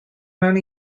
mewn